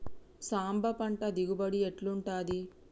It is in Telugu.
సాంబ పంట దిగుబడి ఎట్లుంటది?